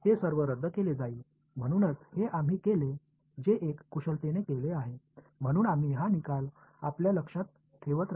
எனவே இது நாம் செய்த ஒரு மனிபுலேஸன் ஆகும் எனவே இந்த முடிவை நம்முடைய நினைவில் வைத்திருப்போம்